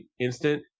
instant